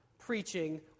preaching